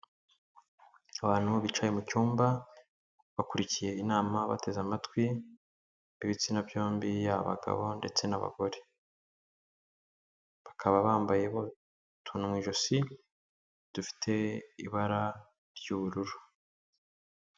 Abantu bicaye mu cyumba, bakurikiye inama bateze amatwi, ibitsina byombi yaba abagabo ndetse n'abagore, bakaba bambaye utuntu mu ijosi dufite ibara ry'ubururu.